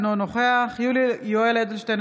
אינו נוכח יולי יואל אדלשטיין,